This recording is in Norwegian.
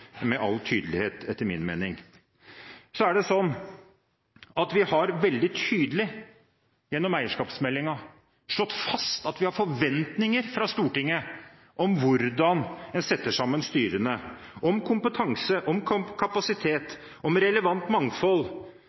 med all tydelighet. Gjennom eierskapsmeldingen har vi veldig tydelig slått fast at vi på Stortinget har forventninger til hvordan en setter sammen styrene, om kompetanse, om kapasitet, om relevant mangfold.